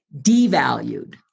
devalued